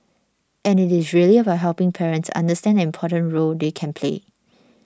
and it is really about helping parents understand the important role they can play